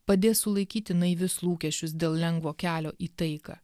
padės sulaikyti naivius lūkesčius dėl lengvo kelio į taiką